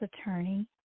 attorney